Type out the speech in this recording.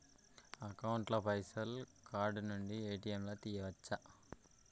Account ల పైసల్ card నుండి ఏ.టి.ఎమ్ లా తియ్యచ్చా?